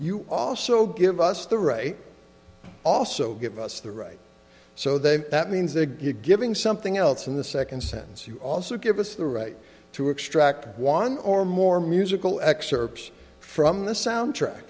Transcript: you also give us the right also give us the right so they that means they're giving something else in the second sense you also give us the right to extract one or more musical excerpts from the soundtrack